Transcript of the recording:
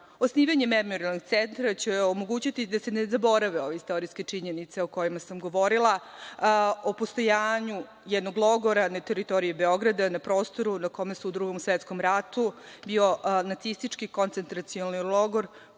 zločina. Osnivanje memorijalnog centra će omogućiti da se ne zaborave ove istorijske činjenice o kojima sam govorila, o postojanju jednog logora na teritoriji Beograda, na prostoru na kome je u Drugom svetskom ratu bio nacistički koncentracioni logor